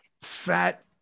fat